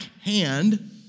hand